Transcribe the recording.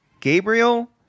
Gabriel